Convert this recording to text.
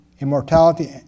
immortality